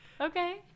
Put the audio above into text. Okay